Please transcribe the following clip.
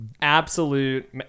absolute